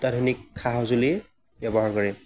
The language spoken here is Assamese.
অত্যাধুনিক সা সঁজুলিৰ ব্যৱহাৰ কৰে